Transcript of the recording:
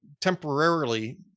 temporarily